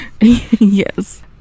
Yes